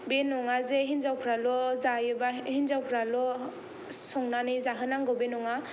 बे नङा जे हिनजावफ्राल' जायो बा हिनजावफ्राल' संनानै जाहोनांगौ बे नङा